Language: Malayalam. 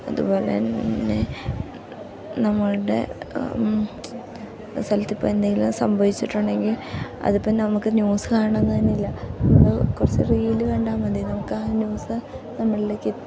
അതുപോലെ തന്നെ നമ്മളുടെ സ്ഥലത്ത് ഇപ്പം എന്തെങ്കിലും സംഭവിച്ചിട്ടുണ്ടെങ്കിൽ അതിപ്പം നമുക്ക് ന്യൂസ് കാണണമെന്നു തന്നെയില്ല നമ്മൾ കുറച്ച് റീൽ കണ്ടാൽ മതി നമുക്ക് ആ ന്യൂസ് നമ്മളിലേക്ക്